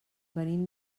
venim